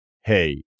Hey